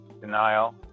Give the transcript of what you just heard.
denial